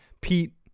Pete